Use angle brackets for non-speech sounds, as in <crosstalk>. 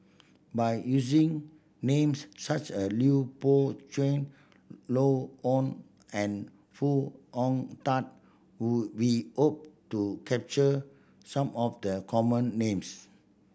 by using names such as Lui Pao Chuen Joan Hon and Foo Hong Tatt <unintelligible> we hope to capture some of the common names